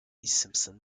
simpson